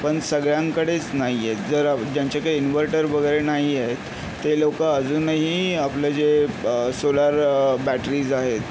पण सगळ्यांकडेच नाही आहेत जरा ज्यांच्याकडे इन्व्हर्टर वगैरे नाही आहेत ते लोकं अजूनही आपलं जे ब सोलार बॅटरीज आहेत